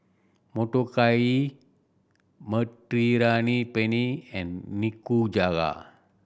Motoyaki Mediterranean Penne and Nikujaga